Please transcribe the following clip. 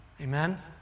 Amen